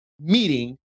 meeting